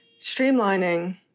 Streamlining